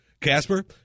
Casper